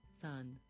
Sun